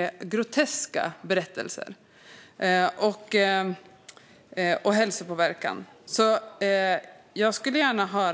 Det är groteska berättelser om hälsopåverkan. På